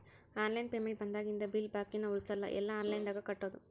online payment ಬಂದಾಗಿಂದ bill ಬಾಕಿನ ಉಳಸಲ್ಲ ಎಲ್ಲಾ ಆನ್ಲೈನ್ದಾಗ ಕಟ್ಟೋದು